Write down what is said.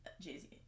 Jay-Z